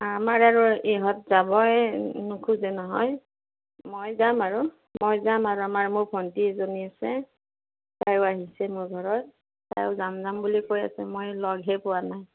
আমাৰ আৰু ইহঁত যাবই নোখোজে নহয় মই যাম আৰু মই যাম আৰু আমাৰ মোৰ ভন্টী এজনী আছে তাইয়ো আহিছে মোৰ ঘৰত তাইয়ো যাম যাম বুলি কৈ আছে মই লগহে পোৱা নাই